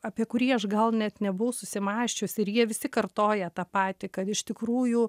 apie kurį aš gal net nebuvau susimąsčiusi ir jie visi kartoja tą patį kad iš tikrųjų